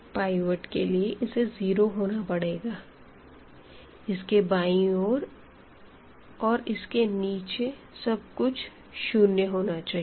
pivot के लिए इसे जीरो होना पड़ेगा इसके बायीं ओर और इसके नीचे सब कुछ शून्य होना चाहिए